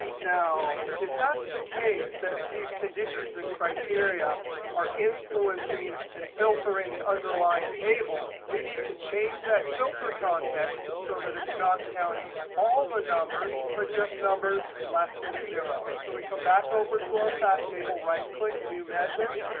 now, if that's the case that these conditions and criteria are influencing and filtering the underlying table, we need to change that filter context so that it's not counting all the numbers, but just numbers less than zero. so we come back over to our fact table. right-click new measure.